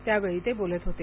त्यावेळी ते बोलत होते